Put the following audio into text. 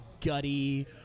gutty